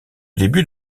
début